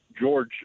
George